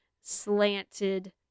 slanted